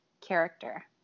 character